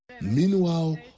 Meanwhile